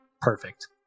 Perfect